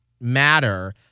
matter